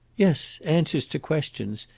yes answers to questions.